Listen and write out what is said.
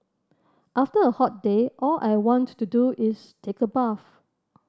after a hot day all I want to do is take a bath